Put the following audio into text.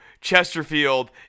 Chesterfield